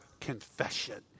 confession